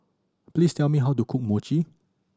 please tell me how to cook Mochi